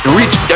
reach